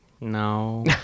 No